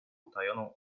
utajoną